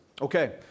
Okay